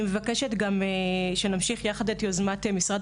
אני מבקשת גם שנמשיך יחד את יוזמת משרד